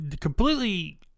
Completely